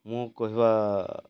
ମୁଁ କହିବା